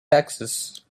taxes